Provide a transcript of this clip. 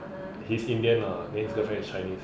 his indian lah then his girlfriend is chinese